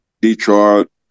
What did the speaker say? Detroit